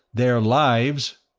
their lives!